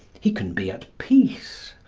he can be at peace.